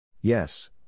Yes